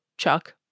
Chuck